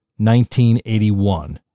1981